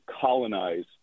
colonize